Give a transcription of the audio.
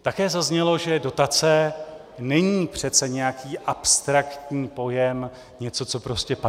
Také zaznělo, že dotace není přece nějaký abstraktní pojem, něco, co prostě padá z nebe.